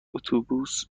اتوبوس